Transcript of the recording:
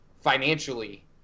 financially